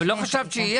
אבל לא חשבת שיהיה?